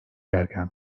erken